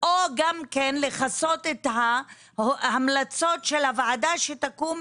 או גם כן לכסות את ההמלצות של הוועדה שתקום,